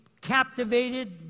captivated